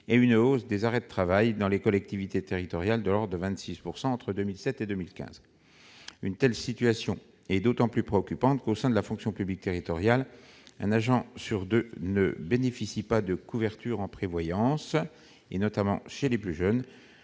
du nombre des arrêts de travail dans les collectivités territoriales. Une telle situation est d'autant plus préoccupante que, au sein de la fonction publique territoriale, un agent sur deux ne bénéficie pas de couverture en prévoyance, notamment chez les plus jeunes,